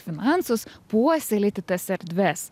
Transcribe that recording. finansus puoselėti tas erdves